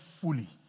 fully